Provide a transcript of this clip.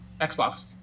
Xbox